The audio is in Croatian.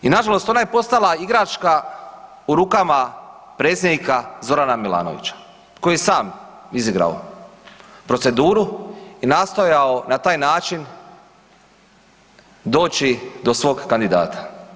I nažalost ona je postala igračka u rukama predsjednika Zorana Milanovića koji sam je sam izigrao proceduru i nastojao na taj način doći do svog kandidata.